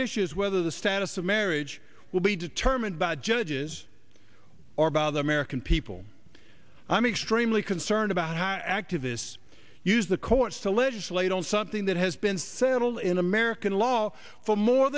issue is whether the status of marriage will be determined by judges or by the american people i'm extremely concerned about how activists use the courts to legislate on something that has been fatal in american law for more